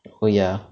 oh ya